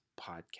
podcast